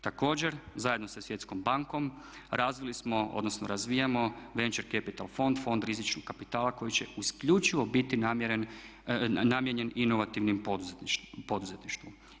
Također, zajedno sa Svjetskom bankom razvili smo, odnosno razvijamo venture capital fond, fond rizičnog kapitala koji će isključivo biti namijenjen inovativnom poduzetništvu.